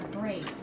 great